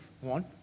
one